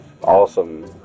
awesome